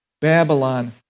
Babylon